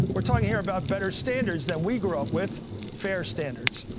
we're talking here about better standards that we grow up with fair standards.